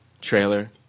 trailer